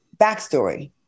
backstory